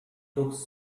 cooks